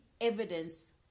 evidence